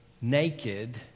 naked